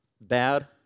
bad